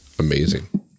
amazing